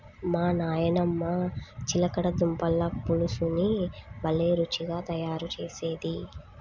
మా నాయనమ్మ చిలకడ దుంపల పులుసుని భలే రుచిగా తయారు చేసేది